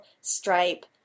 Stripe